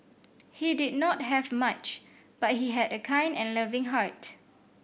he did not have much but he had a kind and loving heart